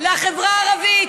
לחברה הערבית.